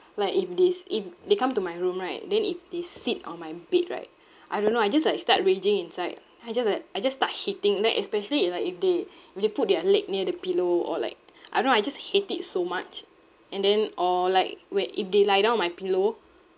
like if they if they come to my room right then if they sit on my bed right I don't know I just like start raging inside I just like I just start hating then especially like if they where they put their leg near the pillow or like I don't know I just hate it so much and then or like where if they lie down on my pillow